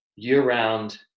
year-round